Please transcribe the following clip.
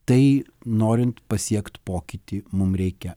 tai norint pasiekt pokytį mums reikia